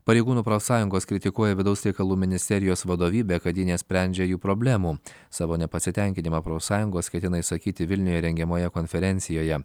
pareigūnų profsąjungos kritikuoja vidaus reikalų ministerijos vadovybę kad ji nesprendžia jų problemų savo nepasitenkinimą profsąjungos ketina išsakyti vilniuje rengiamoje konferencijoje